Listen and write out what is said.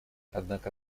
однако